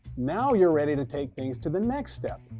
now you're ready to take things to the next step.